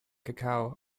cacao